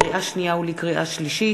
לקריאה שנייה ולקריאה שלישית,